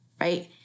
right